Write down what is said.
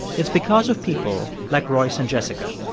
it's because of people like royce and jessica,